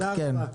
תודה רבה.